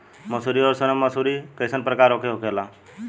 मंसूरी और सोनम मंसूरी कैसन प्रकार होखे ला?